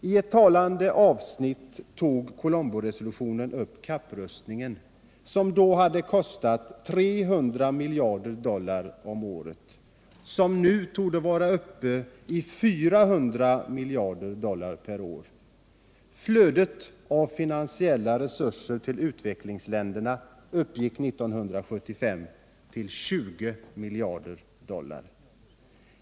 I ett talande avsnitt tog Colomboresolutionen upp kapprustningen, som då beräknades kosta 300 miljarder dollar om året och som nu torde vara uppe i 400 miljarder per år. Flödet av finansiella resurser till utvecklingsländerna uppgick 1975 till 20 miljarder dollar.